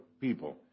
people